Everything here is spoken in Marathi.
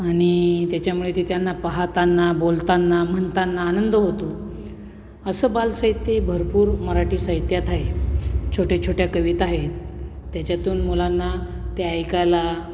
आणि त्याच्यामुळे ते त्यांना पाहाताना बोलताना म्हणताना आनंद होतो असं बाल साहित्यही भरपूर मराठी साहित्यात आहे छोट्या छोट्या कविता आहेत त्याच्यातून मुलांना ते ऐकायला